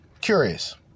Curious